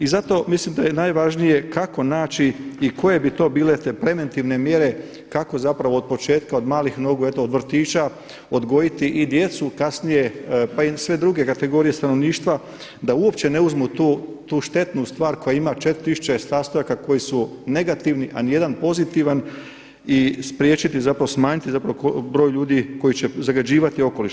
I zato mislim da je najvažnije kako naći i koje bi to bile te preventivne mjere kako zapravo od početka, od malih nogu, eto od vrtića odgojiti djecu, kasnije pa i sve druge kategorije stanovništva da uopće ne uzmu tu štetnu stvar koja ima 4 tisuće sastojaka koji su negativni a niti jedan pozitivan i spriječiti, zapravo smanjiti zapravo broj ljudi koji će zagađivati okoliš.